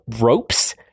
ropes